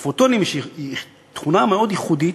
לפרוטונים יש תכונה מאוד ייחודית,